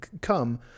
come